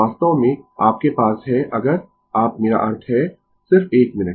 वास्तव में आपके पास है अगर आप मेरा अर्थ है सिर्फ 1 मिनट